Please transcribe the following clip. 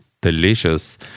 delicious